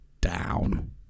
down